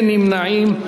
אין נמנעים.